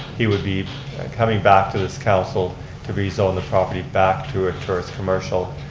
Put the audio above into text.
he would be coming back to this council to rezone the property back to a tourist commercial.